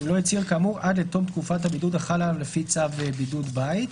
ואם לא הצהיר כאמור - עד לתום תקופת הבידוד החלה עליו לפי צו בידוד בית,